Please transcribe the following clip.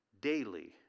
daily